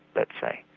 let's say.